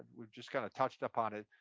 we've just kinda touched up on it,